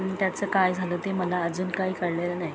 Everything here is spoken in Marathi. पण त्याचं काय झालं ते मला अजून काय कळलेलं नाही